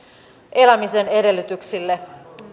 elämisen edellytyksille